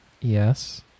yes